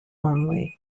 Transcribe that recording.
only